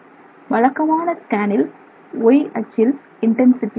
வழக்கமான ஸ்கேனில் Y அச்சில் இன்டென்சிட்டி X அச்சில் 2θ